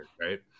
right